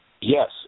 yes